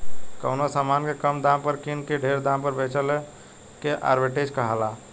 कवनो समान के कम दाम पर किन के ढेर दाम पर बेचला के आर्ब्रिट्रेज कहाला